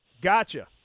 Gotcha